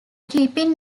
keeping